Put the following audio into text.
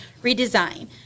redesign